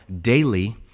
daily